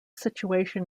situation